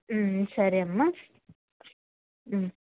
సరే అమ్మ